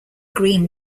green